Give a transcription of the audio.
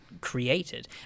created